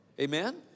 Amen